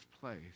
place